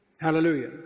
Hallelujah